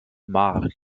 maar